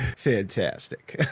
fantastic